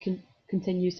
continues